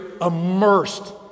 immersed